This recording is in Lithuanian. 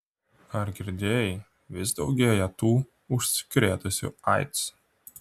ar girdėjai vis daugėja tų užsikrėtusių aids